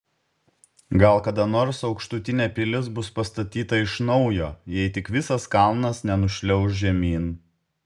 gal kada nors aukštutinė pilis bus pastatyta iš naujo jei tik visas kalnas nenušliauš žemyn